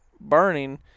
burning